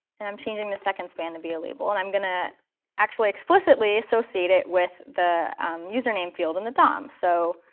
and i'm changing the second span to be a label. and i'm going to actually explicitly associate it with the username field in the dom. so